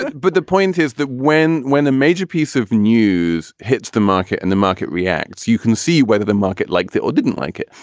but the point is that when when a major piece of news hits the market and the market reacts, you can see whether the market like that or didn't like it.